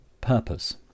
purpose